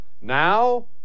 now